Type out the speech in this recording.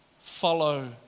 follow